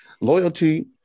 Loyalty